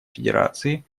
федерации